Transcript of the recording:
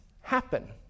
happen